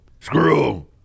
Screw